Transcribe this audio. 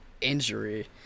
injury